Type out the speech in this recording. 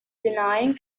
denying